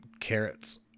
Carrots